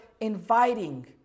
inviting